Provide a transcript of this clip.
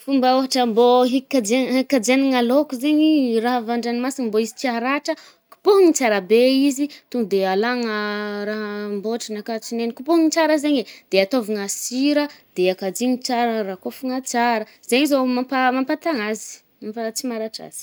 Fomba ôhatra bô hikajià-kajiànagna lôko zaigny, raha avy an-dranomasigny mbô tsy haratra kopônigny tsara de izy, to nde alàgna raha ambôtrigny akà, tsinegny kopônigny tsara zaigny e, de atôvigna sira. De a-kajigny tsara rakôfigna tsara. zaigny zao mampaha-mampatagna azy. Mampà-tsy maratra azy.